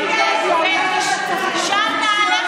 חס וחלילה.